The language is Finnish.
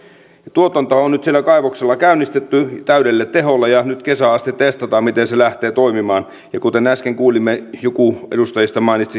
tuotanto on nyt siellä kaivoksella käynnistetty täydellä teholla ja nyt kesään asti testataan miten se lähtee toimimaan kuten äsken kuulimme edustaja